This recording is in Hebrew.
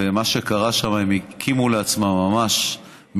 ומה שקרה שם, הם הקימו לעצמם מיני